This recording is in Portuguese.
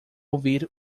ouvir